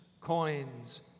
coins